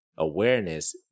awareness